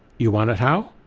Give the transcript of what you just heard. you want it how?